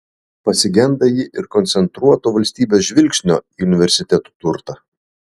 pasigenda ji ir koncentruoto valstybės žvilgsnio į universitetų turtą